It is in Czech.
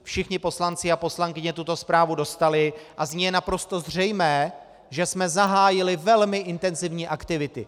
Všichni poslanci a poslankyně tuto zprávu dostali a z ní je naprosto zřejmé, že jsme zahájili velmi intenzivní aktivity.